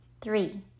Three